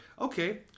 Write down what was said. okay